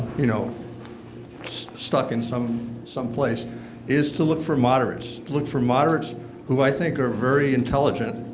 you know stuck in some some place is to look for moderates. look for moderates who i think are very intelligent.